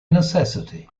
necessity